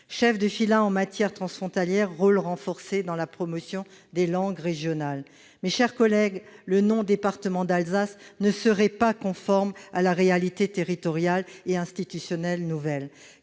chef de filât en matière transfrontalière, rôle renforcé dans la promotion des langues régionales. Mes chers collègues, le nom « département d'Alsace » ne serait pas conforme à la réalité territoriale et institutionnelle nouvelle.